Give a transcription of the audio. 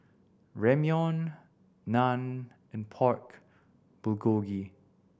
Ramyeon Naan and Pork Bulgogi